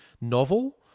novel